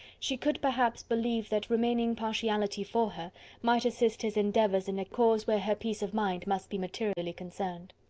she could, perhaps, believe that remaining partiality for her might assist his endeavours in a cause where her peace of mind must be materially concerned.